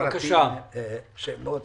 פרטים מאוד חיוניים.